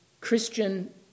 Christian